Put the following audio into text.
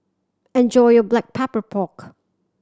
enjoy your Black Pepper Pork